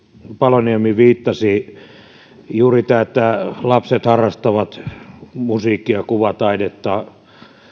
paloniemi viittasi juuri tämä että lapset harrastavat musiikkia kuvataidetta